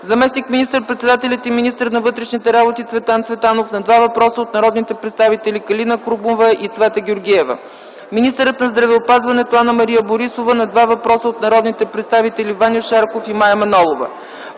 заместник министър-председателят и министър на вътрешните работи Цветан Цветанов - на два въпроса от народните представители Калина Крумова и Цвета Георгиева; - министърът на здравеопазването Анна-Мария Борисова - на два въпроса от народните представители Ваньо Шарков и Мая Манолова.